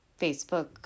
Facebook